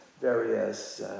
various